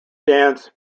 dance